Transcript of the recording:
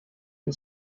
and